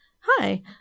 Hi